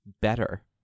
better